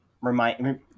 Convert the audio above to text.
remind